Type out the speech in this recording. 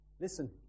Listen